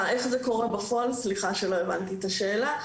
איך זה קורה בפועל, סליחה שלא הבנתי את השאלה.